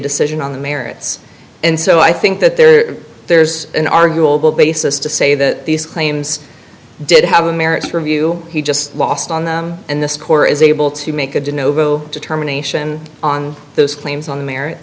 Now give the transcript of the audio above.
decision on the merits and so i think that there there's an arguable basis to say that these claims did have a merits review he just lost on them and the score is able to make a determination on those claims on the merit